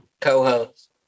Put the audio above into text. co-host